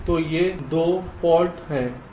तो ये 2 फाल्ट हैं